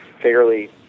fairly